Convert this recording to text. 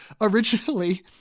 Originally